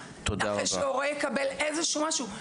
שהורה יקבל איזה שהוא משהו.